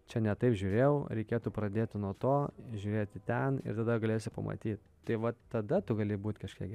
čia ne taip žiūrėjau reikėtų pradėti nuo to žiūrėti ten ir tada galėsi pamatyt tai vat tada tu gali būti kažkiek